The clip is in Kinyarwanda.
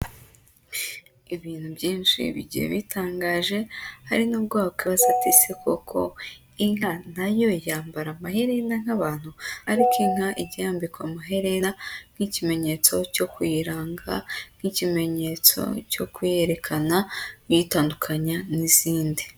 Ibintu byinshi bigiye bitangaje, hari n'ubwo wakwibaza uti ese koko inka nayo yambara amaherena nk'abantu, ariko inka ijya yambikwa amaherera nk'ikimenyetso cyo kuyiranga nk'ikimenyetso cyo kuyerekana kuyitandukanya n'izindi.